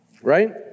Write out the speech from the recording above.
Right